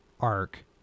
arc